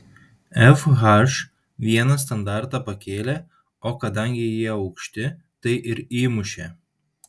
fh vieną standartą pakėlė o kadangi jie aukšti tai ir įmušė